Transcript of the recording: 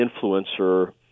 influencer